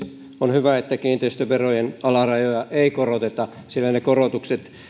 on hyvä että kiinteistöverojen alarajoja ei koroteta sillä ne korotukset